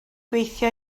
gweithio